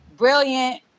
Brilliant